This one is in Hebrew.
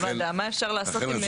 מה אפשר לעשות?